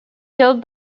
killed